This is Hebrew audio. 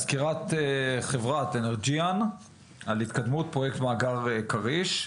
אז סקירת חברת אנרג'יאן על התקדמות פרויקט מאגר כריש.